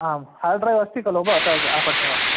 आम् हार्ड् ड्रैव्स्ति खलु ब त आपणेव